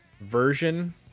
version